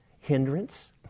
hindrance